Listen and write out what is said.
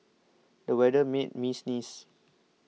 the weather made me sneeze